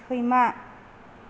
सैमा